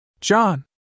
John